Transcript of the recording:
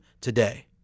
today